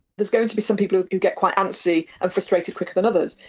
there's going to be some people who get quite antsy and frustrated quicker than others.